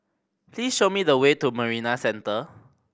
please show me the way to Marina Centre